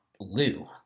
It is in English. lou